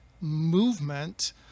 movement